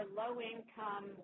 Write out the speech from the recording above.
low-income